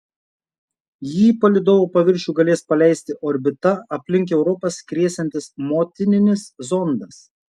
jį į palydovo paviršių galės paleisti orbita aplink europą skriesiantis motininis zondas